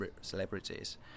celebrities